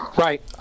Right